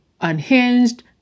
unhinged